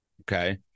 Okay